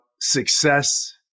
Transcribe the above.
success